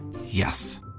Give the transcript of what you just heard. Yes